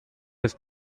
ist